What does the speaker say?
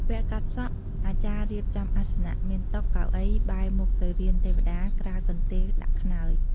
វគ្គកាត់សក់អាចារ្យរៀបចំអាសនៈ មានតុ កៅអី បែរមុខទៅរានទេវតាក្រាលកន្ទេលដាក់ខ្នើយ ។